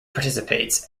participates